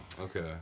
okay